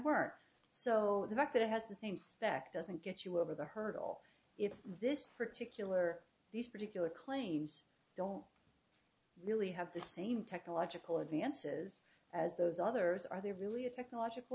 work so the fact that it has the same spec doesn't get you over the hurdle if this particular these particular claims don't really have the same technological advances as those others are they are really a technological